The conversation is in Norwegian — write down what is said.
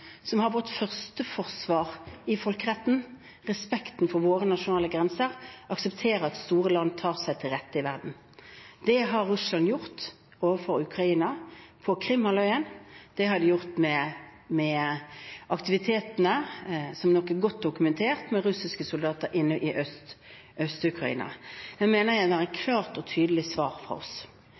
som har vårt førsteforsvar i folkeretten, respekten for våre nasjonale grenser, akseptere at store land tar seg til rette i verden. Det har Russland gjort overfor Ukraina på Krimhalvøya, det har de gjort med aktivitetene – som nok er godt dokumentert – med russiske soldater inne i Øst-Ukraina. Der mener jeg det er et klart og tydelig svar fra oss.